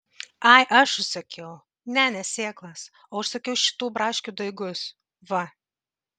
ai aš užsakiau ne ne sėklas o užsakiau šitų braškių daigus va